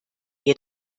ihr